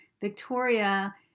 Victoria